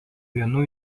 vienu